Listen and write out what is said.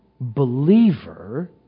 believer